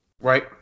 right